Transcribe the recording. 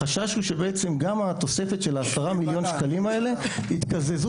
החשש הוא שבעצם גם התוספת של ה-10 מיליון שקלים האלה יתקזזו